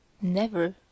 Never